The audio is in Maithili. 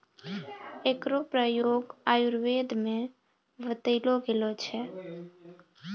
एकरो प्रयोग आयुर्वेद म बतैलो गेलो छै